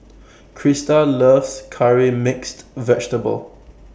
Krysta loves Curry Mixed Vegetable